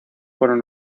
fueron